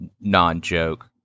non-joke